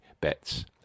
bets